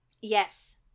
Yes